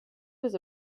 was